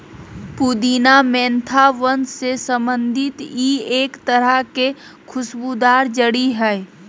पुदीना मेंथा वंश से संबंधित ई एक तरह के खुशबूदार जड़ी हइ